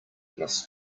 must